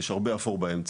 יש הרבה אפור באמצע.